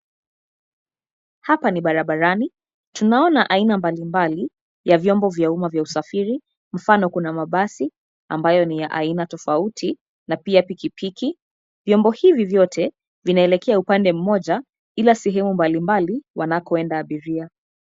Hapa ni barabarani. Tunaona aina mbalimbali ya vyombo vya uma vya usafiri. Mfano, kuna mabasi ambayo ni ya aina tofauti na pia pikipiki. Vyombo hivi vyote vinaelekea upande mmoja, ila sehemu mbalimbali wanakoenda abiria.